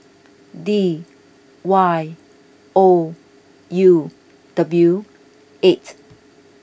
D Y O U W eight